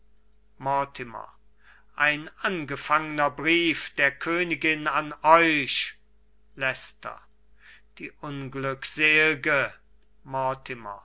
ein angefangner brief der königin an euch leicester die unglücksel'ge